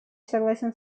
согласен